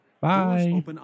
Bye